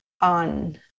on